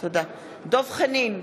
דב חנין,